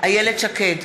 איילת שקד,